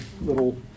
little